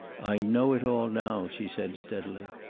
i know it all now, she said steadily.